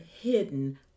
hidden